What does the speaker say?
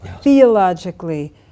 Theologically